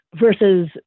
versus